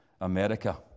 america